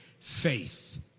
Faith